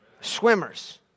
Swimmers